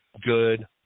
good